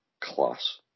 class